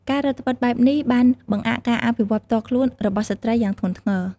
ការរឹតត្បិតបែបនេះបានបង្អាក់ការអភិវឌ្ឍន៍ផ្ទាល់ខ្លួនរបស់ស្ត្រីយ៉ាងធ្ងន់ធ្ងរ។